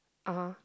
(uh huh)